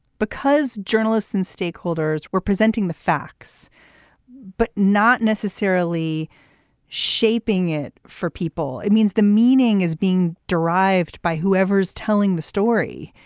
because journalists and stakeholders were presenting the facts but not necessarily shaping it for people it means the meaning is being derived by whoever is telling the story.